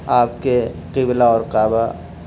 آپ کے قبلہ اور کعبہ